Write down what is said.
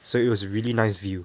so it was really nice view